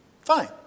Fine